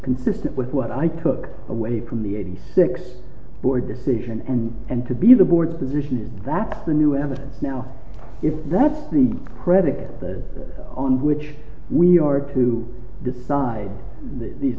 consistent with what i took away from the eighty six boy decision and and to be the board's position is that the new evidence now if that's the predicate on which we are to decide these